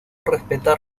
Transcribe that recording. respetar